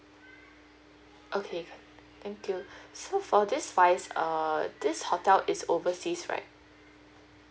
okay thank you so for this wise err this hotel is overseas right